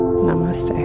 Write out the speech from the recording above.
Namaste